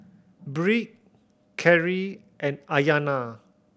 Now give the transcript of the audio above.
Bree Kerri and Ayanna